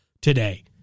today